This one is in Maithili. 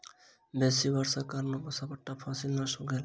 बेसी वर्षाक कारणें सबटा फसिल नष्ट भ गेल